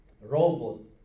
robot